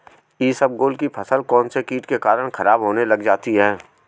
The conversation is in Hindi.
इसबगोल की फसल कौनसे कीट के कारण खराब होने लग जाती है?